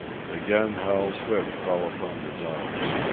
again hal's whip fell upon the dogs.